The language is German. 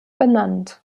benannt